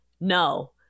no